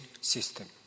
system